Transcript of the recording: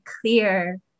clear